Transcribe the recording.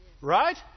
right